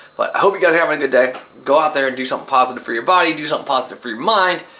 but hope you guys are having a good day. go out there and do something positive for your body. do something positive for your mind.